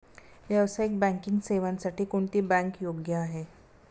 व्यावसायिक बँकिंग सेवांसाठी कोणती बँक योग्य आहे?